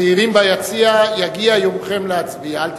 הצעירים ביציע, יגיע יומכם להצביע, אל תדאגו.